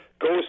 goes